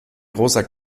großer